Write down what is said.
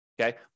Okay